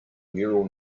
neural